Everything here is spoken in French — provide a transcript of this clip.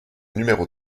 numéro